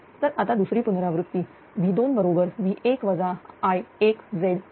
तर आता दुसरी पुनरावृत्ती V2 बरोबर V1 I1 Z1